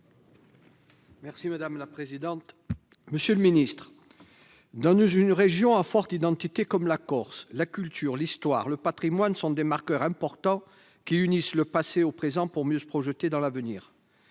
à Mme la ministre de la culture. Dans une région à forte identité comme la Corse, la culture, l'histoire, le patrimoine, sont des marqueurs importants, qui unissent le passé au présent pour mieux se projeter dans l'avenir.